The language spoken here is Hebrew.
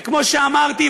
וכמו שאמרתי,